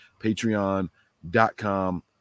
Patreon.com